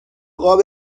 قاب